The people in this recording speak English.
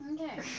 Okay